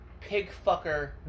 pig-fucker